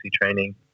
training